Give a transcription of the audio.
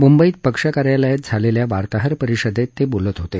मुंबईत पक्ष कार्यालयात झालेल्या वार्ताहर परिषदेत ते बोलत होते